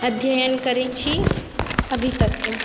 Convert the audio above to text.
अध्ययन करय छी अभी तक